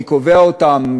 מי קובע אותן,